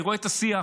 אני רואה את השיח,